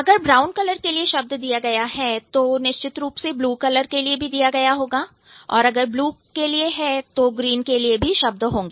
अगर brown colour के लिए शब्द दिया गया है तो निश्चित रूप से ब्लू कलर के लिए भी दिया गया होगा और अगर ब्लू के लिए शब्द है तो ग्रीन के लिए भी शब्द होंगे